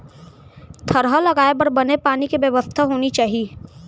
थरहा लगाए बर बने पानी के बेवस्था होनी चाही